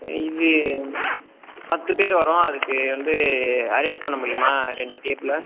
இது பத்து பேர் வரோம் அதுக்கு வந்து அரேஞ்ச் பண்ண முடியுமா ரெண்டு டேபிளை